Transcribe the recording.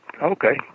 Okay